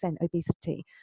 obesity